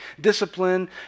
discipline